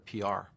PR